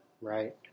Right